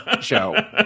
show